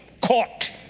Caught